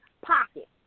pocket